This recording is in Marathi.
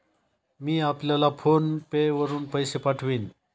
मी आपल्याला फोन पे वरुन पैसे पाठवीन